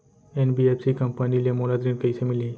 NBFC company ले मोला ऋण कइसे मिलही?